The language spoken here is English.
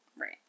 Right